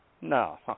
no